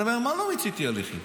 אני אומר: מה לא מיציתי הליכים?